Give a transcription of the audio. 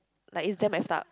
like it's damn F up